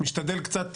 משתדל קצת